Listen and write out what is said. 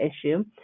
issue